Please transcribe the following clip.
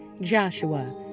joshua